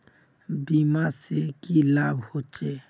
बीमा से की लाभ होचे?